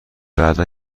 بعدا